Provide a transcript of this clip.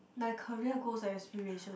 my career goals aspiration